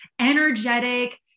energetic